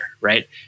right